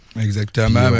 Exactement